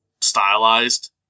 stylized